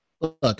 Look